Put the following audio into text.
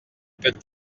peut